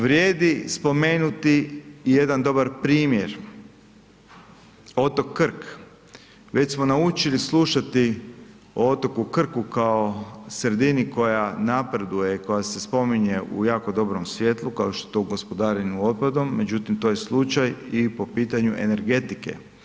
Vrijedi spomenuti jedan dobar primjer, otok Krk, već smo naučili slušati o otoku Krku kao sredini koja napreduje, koja se spominje u jako dobrom svjetlu kao što je to u gospodarenju otpadom, međutim to je slučaj i po pitanju energetike.